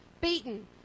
beaten